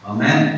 Amen